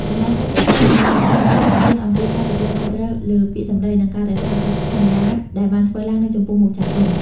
ដំណើរការនេះជួយឱ្យយុវជនរៀនអំពី "ការទទួលខុសត្រូវលើពាក្យសម្តី" និងការរក្សាកិច្ចសន្យាដែលបានធ្វើឡើងនៅចំពោះមុខចាស់ទុំ។